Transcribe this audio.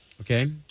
Okay